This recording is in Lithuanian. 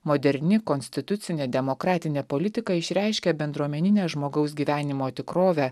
moderni konstitucinė demokratinė politika išreiškia bendruomeninę žmogaus gyvenimo tikrovę